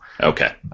Okay